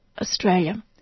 Australia